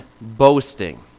boasting